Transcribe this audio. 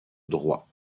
droit